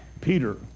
Peter